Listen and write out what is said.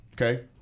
okay